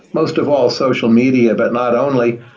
most of all, social media, but not only,